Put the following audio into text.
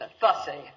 Fussy